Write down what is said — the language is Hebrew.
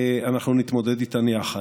אנחנו נתמודד איתן יחד.